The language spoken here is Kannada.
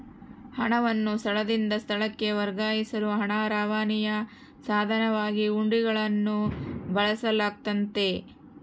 ಹಣವನ್ನು ಸ್ಥಳದಿಂದ ಸ್ಥಳಕ್ಕೆ ವರ್ಗಾಯಿಸಲು ಹಣ ರವಾನೆಯ ಸಾಧನವಾಗಿ ಹುಂಡಿಗಳನ್ನು ಬಳಸಲಾಗ್ತತೆ